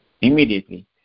immediately